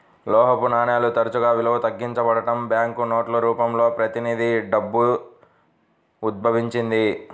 లోహపు నాణేలు తరచుగా విలువ తగ్గించబడటం, బ్యాంకు నోట్ల రూపంలో ప్రతినిధి డబ్బు ఉద్భవించింది